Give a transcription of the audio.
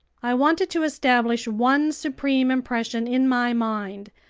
i wanted to establish one supreme impression in my mind.